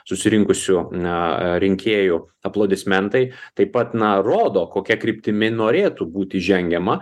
susirinkusių na rinkėjų aplodismentai taip pat na rodo kokia kryptimi norėtų būti žengiama